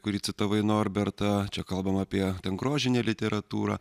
kurį citavai norbertą čia kalbama apie grožinę literatūrą